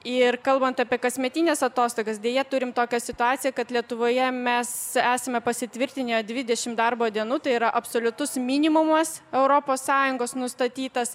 ir kalbant apie kasmetines atostogas deja turim tokią situaciją kad lietuvoje mes esame pasitvirtinę dvidešim darbo dienų tai yra absoliutus minimumas europos sąjungos nustatytas